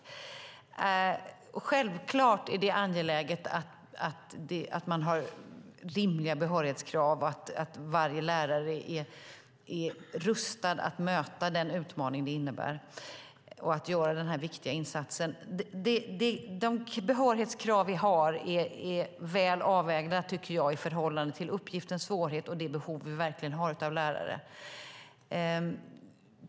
Det är självfallet angeläget att ha rimliga behörighetskrav och att varje lärare är rustad att möta den utmaning det innebär att göra den här viktiga insatsen. Jag tycker att de behörighetskrav vi har är väl avvägda i förhållande till uppgiftens svårighet och det behov av lärare vi har.